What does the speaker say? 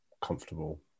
comfortable